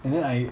and then I